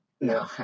no